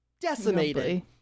decimated